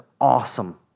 awesome